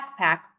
backpack